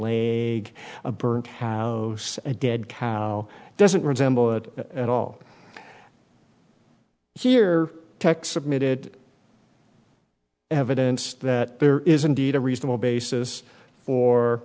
leg a burnt have a dead cow doesn't resemble it at all here tex submitted evidence that there is indeed a reasonable basis for